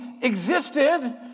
existed